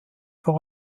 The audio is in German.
vor